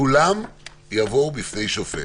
כולם יבואו בפני שופט.